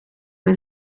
met